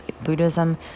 buddhism